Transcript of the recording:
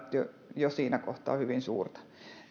jo siinä kohtaa hyvin suurta